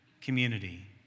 community